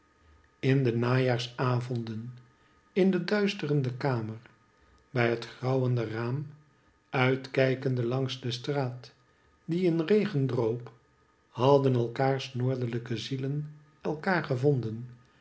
in de najaarsavonden in de duisterende kamer bij het grauwende raam uitkijkende langs de straat die in regen droop hadden elkanders noordelijke zielen elkaar gevonden